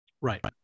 Right